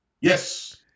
Yes